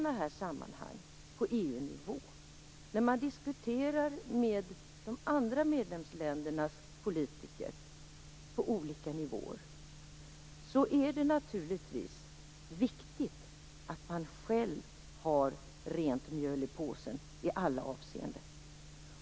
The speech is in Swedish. När man på EU-nivå diskuterar med de andra medlemsländernas politiker är det viktigt att man själv har rent mjöl i påsen i alla avseenden.